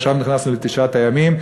עכשיו נכנסנו לתשעת הימים,